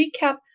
recap